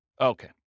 Okay